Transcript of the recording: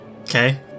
Okay